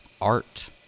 Art